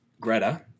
Greta